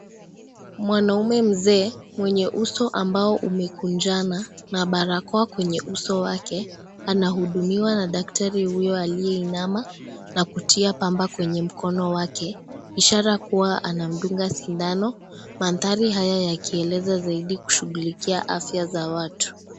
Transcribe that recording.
Mwanaume mzee mwenye uso ambao umekunjana na barakoa kwenye uso wake anahudumiwa na daktari huyo aliyeinama na kutia pamba kwenye mkono wake ishara kuwa anadunga sindano, mandhari haya yakielezea zaidi kushughulikia afya za watu.